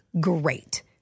great